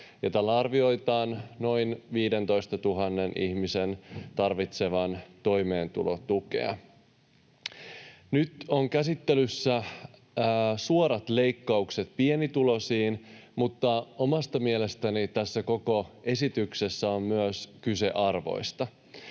myötä arvioidaan noin 15 000 ihmisen tarvitsevan toimeentulotukea. Nyt on käsittelyssä suorat leikkaukset pienituloisiin, mutta omasta mielestäni tässä koko esityksessä on myös kyse arvoista.